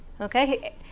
Okay